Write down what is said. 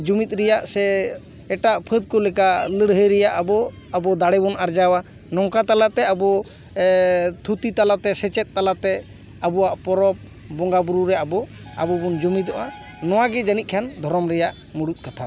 ᱡᱩᱢᱤᱫ ᱨᱮᱭᱟᱜ ᱥᱮ ᱮᱴᱟᱜ ᱯᱷᱟᱹᱫᱽ ᱠᱚ ᱞᱮᱠᱟ ᱞᱟᱹᱲᱦᱟᱹᱭ ᱨᱮᱭᱟᱜ ᱟᱵᱚ ᱟᱵᱚ ᱫᱟᱲᱮ ᱵᱚᱱ ᱟᱨᱡᱟᱣᱟ ᱱᱚᱝᱠᱟ ᱛᱟᱞᱟᱛᱮ ᱟᱵᱚ ᱛᱷᱩᱛᱤ ᱛᱟᱞᱟᱛᱮ ᱥᱮᱪᱮᱫ ᱛᱟᱞᱟᱛᱮ ᱟᱵᱚᱣᱟᱜ ᱯᱚᱨᱚᱵᱽ ᱵᱚᱸᱜᱟ ᱵᱳᱨᱳ ᱨᱮ ᱟᱵᱚ ᱵᱚᱱ ᱡᱩᱢᱤᱫᱚᱜᱼᱟ ᱱᱚᱣᱟ ᱜᱮ ᱡᱟᱹᱱᱤᱡ ᱠᱷᱟᱱ ᱫᱷᱚᱨᱚᱢ ᱨᱮᱭᱟᱜ ᱢᱩᱬᱩᱛ ᱠᱟᱛᱷᱟ ᱫᱚ